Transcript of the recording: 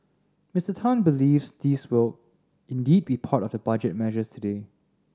Mister Tan believes these will indeed be part of the Budget measures today